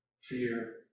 fear